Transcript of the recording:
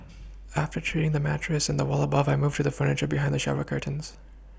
after treating the mattress and the Wall above I moved to the furniture behind the shower curtains